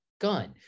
gun